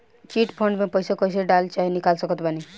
Chit fund मे पईसा कईसे डाल चाहे निकाल सकत बानी?